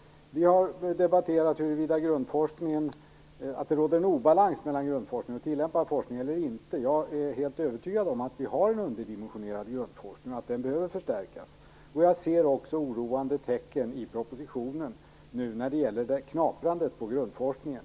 Vi har debatterat huruvida det råder obalans mellan grundforskningen och tillämpad forskning eller inte. Jag är helt övertygad om att vi har en underdimensionerad grundforskning och att den behöver förstärkas. Jag ser också oroande tecken i propositionen när det gäller knaprandet på grundforskningen.